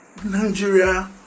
Nigeria